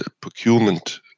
procurement